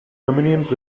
dominican